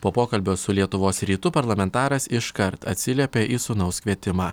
po pokalbio su lietuvos rytu parlamentaras iškart atsiliepė į sūnaus kvietimą